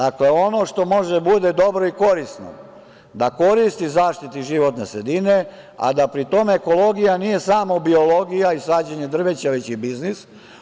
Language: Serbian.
Ono što može da bude dobro i korisno, da koristi zaštitu životne sredine, a da pri tome ekologija nije samo biologija i sađenje drveća, već i biznis.